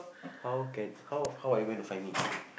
how can how how are you going to find me